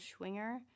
Schwinger